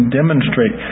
demonstrate